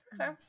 Okay